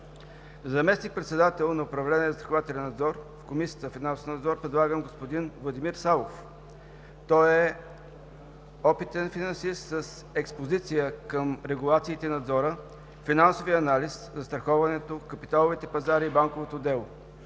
За заместник-председател на управление „Застрахователен надзор“ в Комисията за финансов надзор предлагам господин Владимир Савов. Той е опитен финансист с експозиция към регулациите на надзора, финансовия анализ, застраховането, в капиталовите пазари и банковото дело.